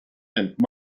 and